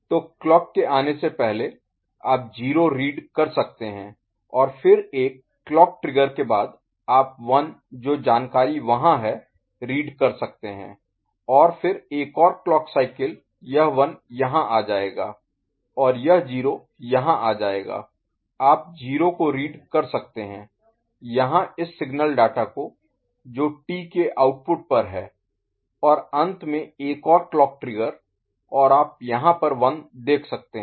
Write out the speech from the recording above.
तो क्लॉक के आने से पहले आप 0 रीड कर सकते हैं और फिर एक क्लॉक ट्रिगर के बाद आप 1 जो जानकारी वहाँ है रीड कर सकते हैं और फिर एक और क्लॉक साइकिल यह 1 यहाँ आ जाएगा और यह 0 यहाँ आ जाएगा आप 0 को रीड कर सकते हैं यहाँ इस सिग्नल डाटा को जो टी के आउटपुट पर हैं और अंत में एक और क्लॉक ट्रिगर और आप यहाँ पर 1 देख सकते हैं